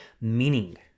meaning